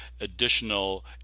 additional